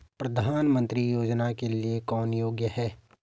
प्रधानमंत्री योजना के लिए कौन योग्य है?